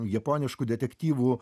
japoniškų detektyvų